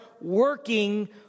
working